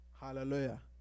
Hallelujah